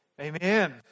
Amen